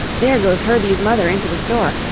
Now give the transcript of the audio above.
there goes herbie's mother into the store.